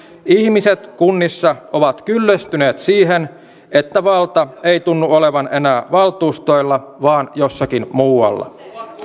ihmiset kunnissa ovat kyllästyneet siihen että valta ei tunnu olevan enää valtuustoilla vaan jossakin muualla